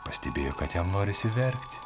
pastebėjo kad jam norisi verkt